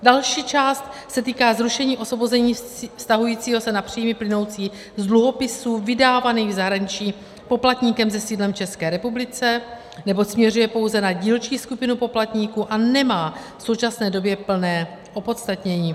Další část se týká zrušení osvobození vztahujícího se na příjmy plynoucí z dluhopisů vydávaných v zahraničí poplatníkem se sídlem v České republice, neboť směřuje pouze na dílčí skupinu poplatníků a nemá v současné době plné opodstatnění.